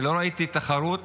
אני לא ראיתי תחרות